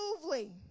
smoothly